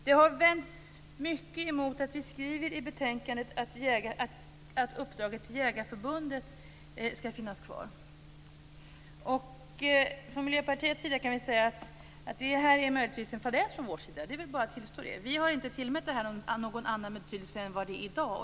Man har vänt sig mycket mot att vi skriver i betänkandet att uppdraget till Jägareförbundet ska finnas kvar. Från Miljöpartiets sida kan vi säga att det här möjligen är en fadäs från vår sida. Det är bara att tillstå det. Vi har inte tillmätt det här någon annan betydelse än det har i dag.